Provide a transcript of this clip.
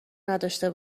نداشته